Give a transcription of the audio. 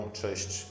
cześć